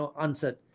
answered